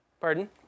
Pardon